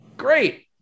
great